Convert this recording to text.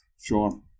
Sure